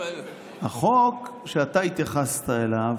החוק שאתה התייחסת אליו,